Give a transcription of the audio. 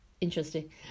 Interesting